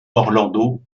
orlando